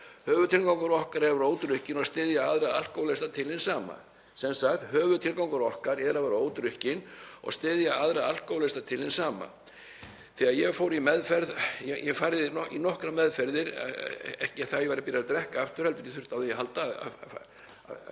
Höfuðtilgangur okkar er að vera ódrukkin og styðja aðra alkóhólista til hins sama. Þegar ég fór í meðferð — ég hef farið í nokkrar meðferðir, ekki það að ég væri byrjaður að drekka aftur heldur þurfti ég á því að halda að